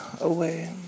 away